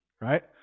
Right